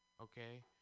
okay